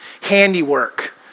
handiwork